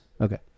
Okay